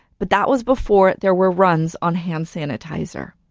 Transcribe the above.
but that was before there were runs on hand sanitizer.